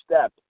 step